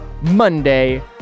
Monday